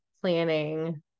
planning